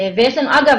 אגב,